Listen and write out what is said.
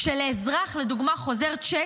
כשלאזרח חוזר צ'ק,